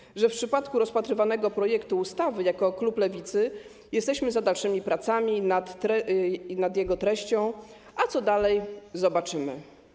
Mówiłam, że w przypadku rozpatrywanego projektu ustawy jako klub Lewicy jesteśmy za dalszymi pracami nad jego treścią - a co dalej, zobaczymy.